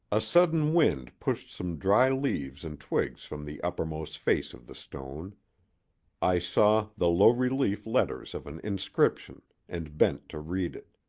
a sudden wind pushed some dry leaves and twigs from the uppermost face of the stone i saw the low-relief letters of an inscription and bent to read it.